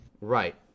Right